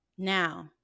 Now